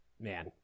man